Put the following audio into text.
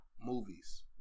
movies